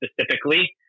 specifically